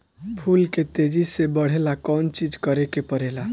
फूल के तेजी से बढ़े ला कौन चिज करे के परेला?